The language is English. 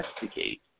investigate